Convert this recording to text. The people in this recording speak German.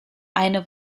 eine